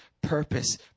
purpose